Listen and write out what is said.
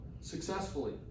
successfully